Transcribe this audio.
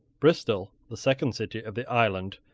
bristol, the second city of the island,